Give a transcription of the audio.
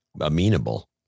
amenable